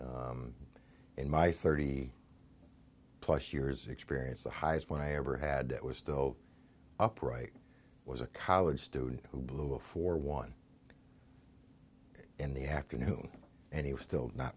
all in my thirty plus years experience the highest one i ever had was still upright was a college student who blew a four one in the afternoon and he was still not